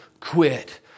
quit